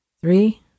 Three